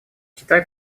китай